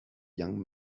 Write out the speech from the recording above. young